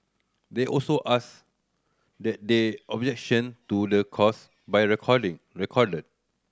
they also asked that they objection to the clause by recording recorded